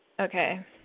Okay